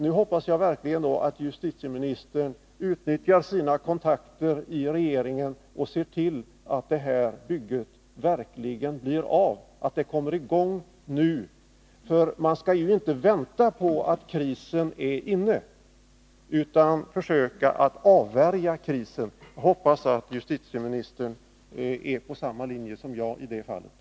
Nu hoppas jag verkligen att justitieministern utnyttjar sina kontakter i regeringen och ser till att det här bygget verkligen blir av — att det kommer i gång nu, för man skall ju inte vänta tills krisen är inne, utan försöka avvärja krisen. Jag hoppas att justitieministern är på samma linje som jag i det avseendet.